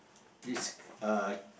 this uh